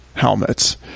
helmets